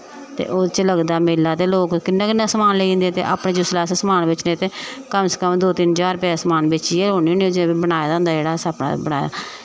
ते ओह्दे च लगदा मेला ते लोग कि'न्ना कि'न्ना समान लेई जंदे ते अपना जिसलै अस समान बेचने ते कम से कम दो तिन्न ज्हार रपेऽ दा समान बेची गै ओड़नी आं जे बनाए दा होंदा जेह्ड़ा असें अपना